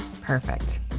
Perfect